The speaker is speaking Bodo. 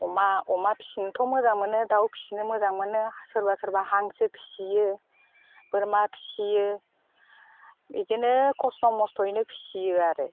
अमा फिसिनोथ' मोजां मोनो दाउ फिसिनो मोजां मोनो सोरबा सोरबा हांसो फिसियो बोरमा फिसियो बिदिनो खस्थ' मस्थ'यैनो फिसियो आरो